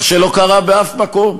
מה שלא קרה באף מקום.